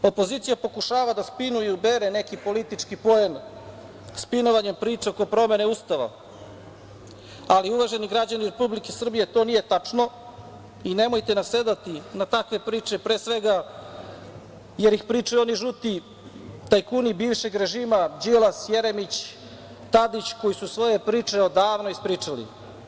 Opozicija pokušava da spinuje, uberu neki politički pojen, spinovanjem priča oko promene Ustava, ali uvaženi građani Republike Srbije, to nije tačno i nemojte nasedati na takve priče, pre svega jer ih pričaju oni žuti, tajkuni bivšeg režima, Đilas, Jeremić, Tadić koji su svoje priče odavno ispričali.